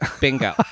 Bingo